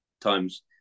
times